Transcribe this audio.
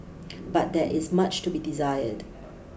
but there is much to be desired